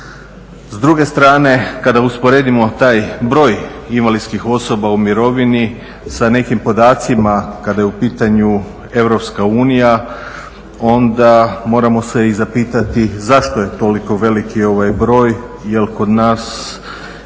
S druge strane kada usporedimo taj broj invalidskih osoba u mirovini sa nekim podacima kada je u pitanju EU onda moramo se i zapitati zašto je toliko veliki broj, jer kod nas